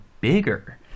bigger